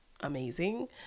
amazing